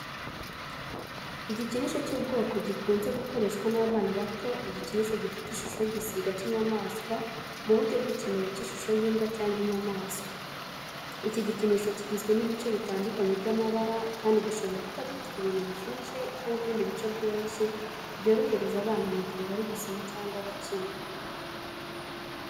Igikinisho cy'ubwoko gikunze gukoreshwa n'abana bato igikinisho gifite ishusho y'igisiga cy'inyamaswa mu buryo bw'ikimero cy'ishusho y'imbwa cyangwa inyamaswa. Iki gikinisho kigizwe n'ibice bitandukanye by'amabara kandi gishobora kuba gifite ibintu bishyushye cyangwa ibindi bice byoroshye byorohereza abana mu gihe bari gusoma cyangwa bakina.